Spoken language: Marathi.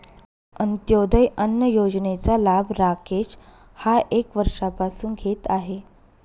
अंत्योदय अन्न योजनेचा लाभ राकेश हा एक वर्षापासून घेत आहे